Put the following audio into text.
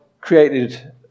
created